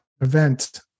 event